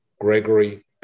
Gregory